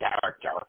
character